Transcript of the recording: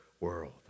world